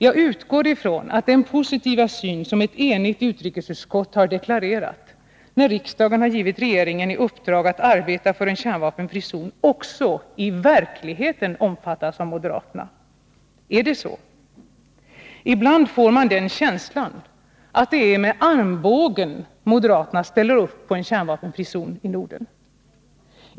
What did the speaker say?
Jag utgår ifrån att den positiva syn som ett enigt utrikesutskott har deklarerat när riksdagen givit regeringen i uppdrag att arbeta för en kärnvapenfri zon också i verkligheten omfattas av moderaterna. Är det så? Ibland får man den känslan att det är med armbågen moderaterna ställer upp på en kärnvapenfri zon i Norden.